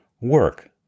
work